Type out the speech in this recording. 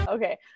Okay